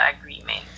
agreement